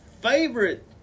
favorite